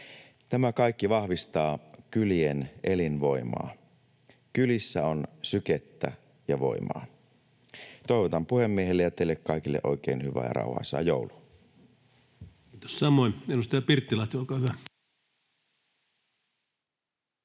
Tämä kaikki vahvistaa kylien elinvoimaa. Kylissä on sykettä ja voimaa. Toivotan puhemiehelle ja teille kaikille oikein hyvää ja rauhaisaa joulua! [Speech 111] Speaker: Ensimmäinen varapuhemies